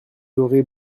aurez